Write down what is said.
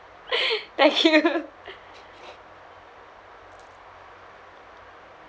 thank you